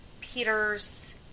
Peter's